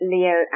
Leo